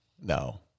No